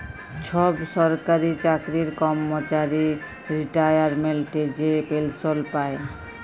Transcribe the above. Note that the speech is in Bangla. ছব সরকারি চাকরির কম্মচারি রিটায়ারমেল্টে যে পেলসল পায়